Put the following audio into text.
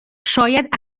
شاید